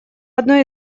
одной